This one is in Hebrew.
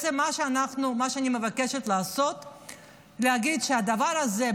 מה שאני מבקשת לעשות זה להגיד שהדבר הזה,